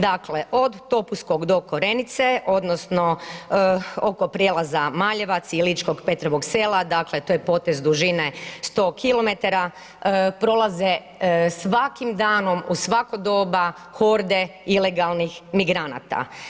Dakle, od Topuskog do Korenice, odnosno oko prijelaza Maljevac i Ličkog Petrovog Sela, dakle, to je potez dužine 100 km, prolaze svakim danom u svako doba horde ilegalnih migranata.